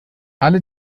alle